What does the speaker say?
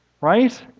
Right